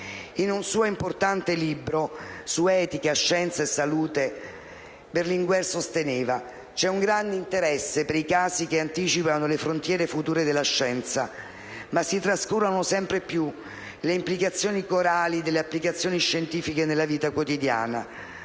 In un suo importante libro su etica, scienza e salute, Giovanni Berlinguer sosteneva: «C'è un grande interesse per i casi che anticipano le frontiere future della scienza, ma si trascurano sempre più le implicazioni corali delle applicazioni scientifiche nella vita quotidiana.